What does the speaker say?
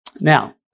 Now